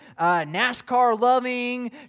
NASCAR-loving